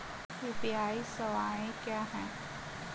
UPI सवायें क्या हैं?